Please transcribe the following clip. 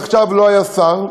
ועכשיו לא היה שר,